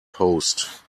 post